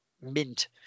mint